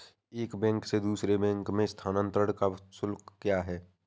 एक बैंक से दूसरे बैंक में स्थानांतरण का शुल्क क्या है?